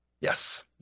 Yes